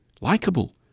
likable